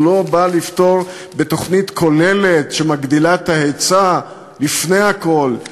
הוא לא בא לפתור בתוכנית כוללת שמגדילה את ההיצע לפני הכול,